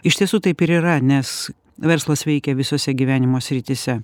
iš tiesų taip ir yra nes verslas veikia visose gyvenimo srityse